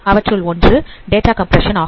அவற்றுள் ஒன்று data compression ஆகும்